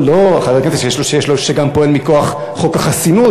חבר כנסת שגם פועל מכוח חוק החסינות,